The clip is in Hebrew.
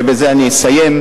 ובזה אני אסיים.